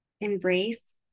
embrace